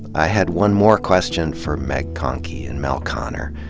i had one more question for meg conkey and me l konner,